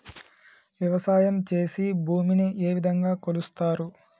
వ్యవసాయం చేసి భూమిని ఏ విధంగా కొలుస్తారు?